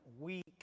week